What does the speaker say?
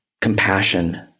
compassion